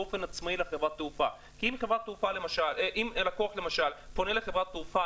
באופן עצמאי לחברת התעופה כי אם לקוח פונה לחברת התעופה,